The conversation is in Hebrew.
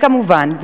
וכמובן,